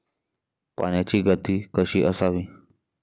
पाण्याची गती कशी असावी?